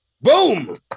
Boom